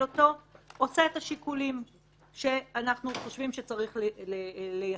אותו עושה את השיקולים שאנחנו חושבים שצריך ליישם.